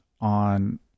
on